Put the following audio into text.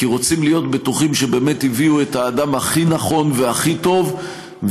כי רוצים להיות בטוחים שבאמת הביאו את האדם הכי נכון והכי טוב,